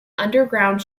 underground